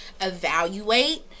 evaluate